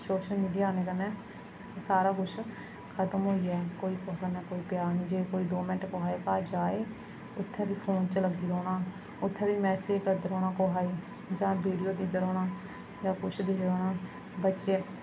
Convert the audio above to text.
social media आने कन्नै सारा कुछ खतम होई गेआ ऐ कोई कुसा नै कोई प्यार निं जे कोई कुसा दे घर दो मैंट्ट जाए उत्थें बी फोन च लग्गी रौह्ना उत्थें बी मैसज करदे रौह्ना कुसै गी जां वीडियो दिखदे रौह्ना जां कुछ दिखदे रौह्ना बच्चे